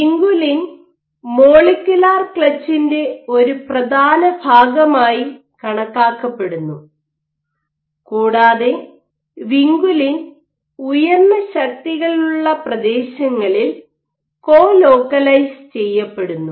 vinculin molecular ക്ലച്ചിന്റെ ഒരു പ്രധാന ഭാഗമായി കണക്കാക്കപ്പെടുന്നു കൂടാതെ വിൻകുലിൻ ഉയർന്ന ശക്തികളുള്ള പ്രദേശങ്ങളിൽ കോലോക്കലൈസ് ചെയ്യപ്പെടുന്നു